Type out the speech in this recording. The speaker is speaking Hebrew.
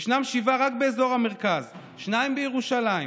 וישנם שבעה רק באזור המרכז ושניים בירושלים,